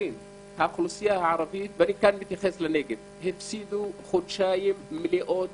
האוכלוסייה הערבית ואני מתייחס לנגב הפסידו חודשיים מלאים